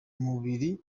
mubiri